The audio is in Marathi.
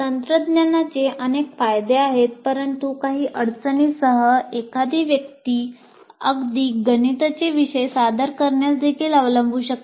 तंत्रज्ञानाचे अनेक फायदे आहेत परंतु काही अडचणींसह एखादी व्यक्ती अगदी गणिताचे विषय सादर करण्यास देखील अवलंबू शकते